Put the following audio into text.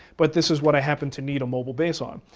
but this is what i happen to need a mobile base on.